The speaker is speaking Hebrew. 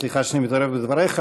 סליחה שאני מתערב בדבריך,